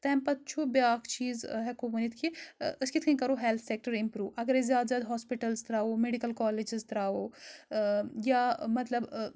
تَمہِ پَتہٕ چھُ بیٛاکھ چیٖز ہؠکو ؤنِتھ کہِ أسۍ کِتھ کَنۍ کَرو ہؠلتھ سٮ۪کٹَر اِمپرٛوٗ اَگر أسۍ زیادٕ زیادٕ ہاسپِٹَلٕز ترٛاوَو میٚڈِکَل کالیجِز ترٛاوَو یا مطلب